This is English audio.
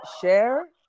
share